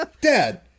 Dad